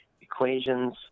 equations